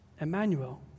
Emmanuel